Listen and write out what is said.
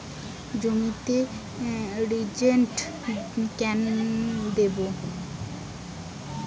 জমিতে রিজেন্ট কেন দেবো?